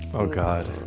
oh, god,